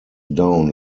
down